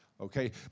Okay